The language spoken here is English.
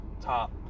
top